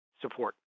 support